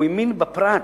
הוא האמין בפרט.